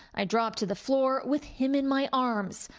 i dropped to the floor with him in my arms,